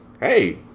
Hey